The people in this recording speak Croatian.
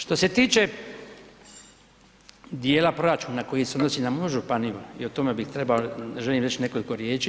Što se tiče dijela proračuna koji se odnosi i na moju županiju i o tome bih trebao, želim reći nekoliko riječi.